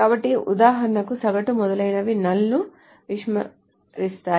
కాబట్టి ఉదాహరణకు సగటు మొదలైనవి నల్ ను విస్మరిస్తాయి